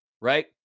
right